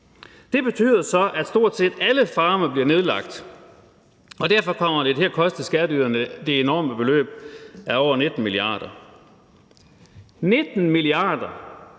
Det betyder så, at stort set alle farme bliver nedlagt, og derfor kommer det til at koste skatteyderne det enorme beløb af over 19 mia. kr. 19 mia. kr.!